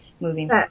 moving